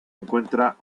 encuentra